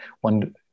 one